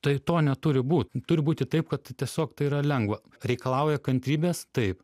tai to neturi būt turi būti taip kad tiesiog tai yra lengva reikalauja kantrybės taip